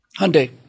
Hyundai